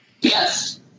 Yes